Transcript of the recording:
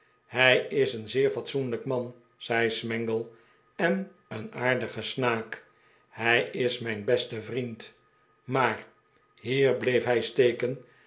hij is edn zeer fatsoenlijk man zei smangle en een aardige snaak hij is mijn beste vriend maar hier bleef hij steken